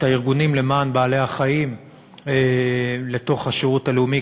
הארגונים למען בעלי-החיים לתוך השירות הלאומי,